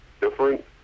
different